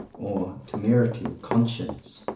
or temerity of conscience.